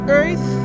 earth